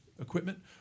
equipment